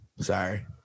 Sorry